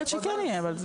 יכול להיות שכן יהיה.